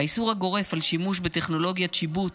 האיסור הגורף על שימוש בטכנולוגיית שיבוט